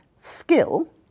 skill